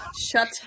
Shut